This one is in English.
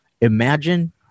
Imagine